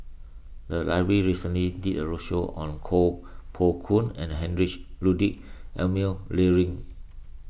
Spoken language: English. the library recently did a roadshow on Koh Poh Koon and Heinrich Ludwig Emil Luering